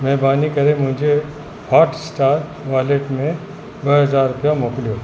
महिरबानी करे मुंहिंजे हॉटस्टार वॉलेट में ॿ हज़ार रुपया मोकिलियो